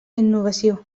innovació